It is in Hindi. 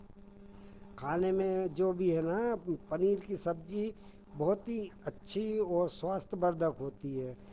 खाने में जो भी है ना पनीर की सब्जी बहुत ही अच्छी और स्वास्थ्यवर्धक होती है